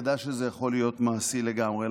ידע שזה יכול להיות מעשי לגמרי.